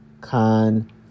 con